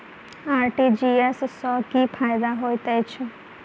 RTGS सँ की फायदा होइत अछि?